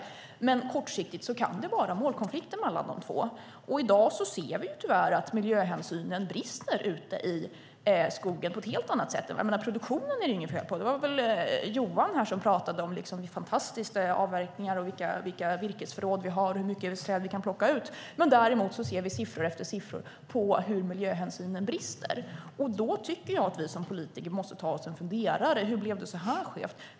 Men kortsiktigt kan det vara målkonflikter mellan de två målen. I dag ser vi tyvärr att miljöhänsynen brister ute i skogen på ett helt annat sätt. Produktionen är det inget fel på. Det var väl Johan som pratade om hur fantastiskt det är, om avverkningar och om vilka virkesförråd vi har och hur mycket vi kan plocka ut. Däremot ser vi siffror efter siffror på hur miljöhänsynen brister. Då tycker jag att vi som politiker måste ta oss en funderare. Hur blev det så här skevt?